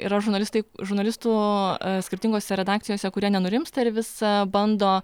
yra žurnalistai žurnalistų skirtingose redakcijose kurie nenurimsta ir visa bando